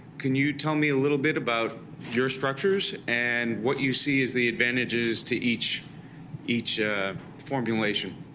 can you tell me a little bit about your structures and what you see as the advantages to each each ah formulation?